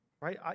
right